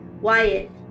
Wyatt